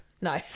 No